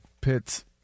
Pitts